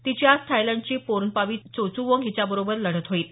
तिची आज थायलंडची पॉर्नपावी चोचुवोंग हिच्याबरोबर लढत होईल